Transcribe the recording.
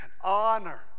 honor